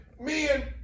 Men